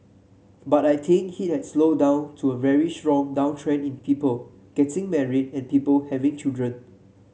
but I think hit has slowed down to a very strong downtrend in people getting married and people having children